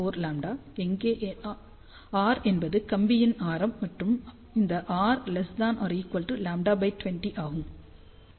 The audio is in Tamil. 24λ எங்கே r என்பது கம்பியின் ஆரம் மற்றும் இந்த rλ20 ஆகும்